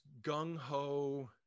gung-ho